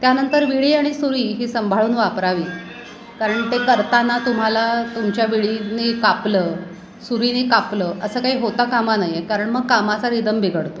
त्यानंतर विळी आणि सुरी ही संभाळून वापरावी कारण ते करताना तुम्हाला तुमच्या विळीने कापलं सुरीने कापलं असं काही होता कामा नये कारण मग कामाचा रिदम बिघडतो